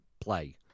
play